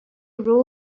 roll